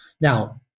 Now